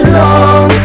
long